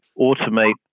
automate